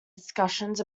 discussions